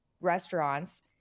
restaurants